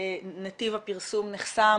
שנתיב הפרסום נחסם,